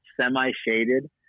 semi-shaded